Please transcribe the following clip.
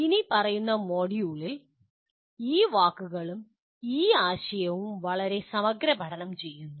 ഇനിപ്പറയുന്ന മൊഡ്യൂളിൽ ഈ വാക്കുകളും ഈ ആശയവും ഞങ്ങൾ സമഗ്രപഠനം ചെയ്യുന്നു